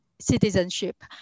citizenship